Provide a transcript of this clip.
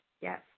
Yes